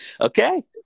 okay